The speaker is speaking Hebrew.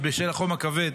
בשל החום הכבד,